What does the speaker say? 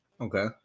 Okay